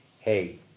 hey